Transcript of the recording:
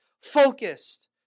focused